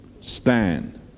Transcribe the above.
stand